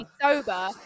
Sober